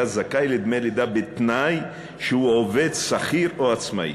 זכאי לדמי לידה בתנאי שהוא עובד שכיר או עצמאי,